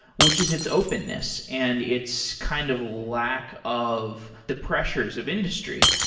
which is its openness and it's kind of lack of the pressures of industry.